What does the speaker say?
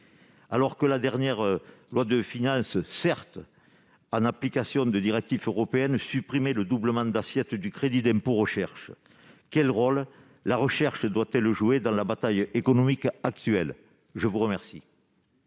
alors que la dernière loi de finances, certes en application de directives européennes, supprimait le doublement de l'assiette du crédit d'impôt recherche ? Quel rôle la recherche doit-elle jouer dans la bataille économique actuelle ? La parole